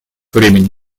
времени